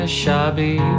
shabby